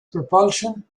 propulsion